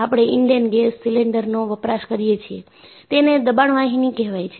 આપણે ઈન્ડેન ગેસ સિલિન્ડરનો વપરાશ કરીએ છીએ તેને દબાણ વાહિની કહેવાય છે